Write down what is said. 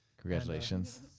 congratulations